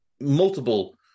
multiple